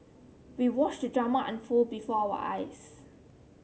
we watched the drama unfold before our eyes